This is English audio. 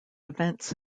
events